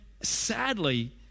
sadly